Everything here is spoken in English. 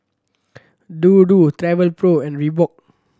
Dodo Travelpro and Reebok